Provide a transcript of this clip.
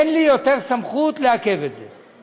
אין לי יותר סמכות לעכב את זה.